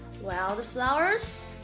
Wildflowers